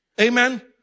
Amen